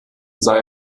sei